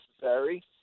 necessary